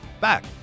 back